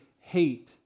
hate